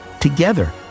together